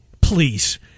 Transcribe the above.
Please